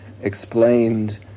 explained